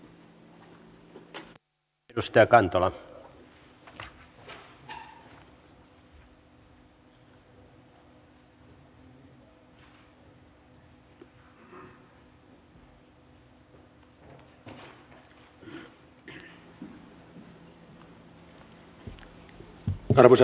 arvoisa puhemies